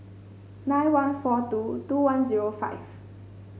nine one four two two one zero five